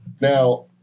now